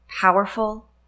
powerful